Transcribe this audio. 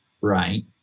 right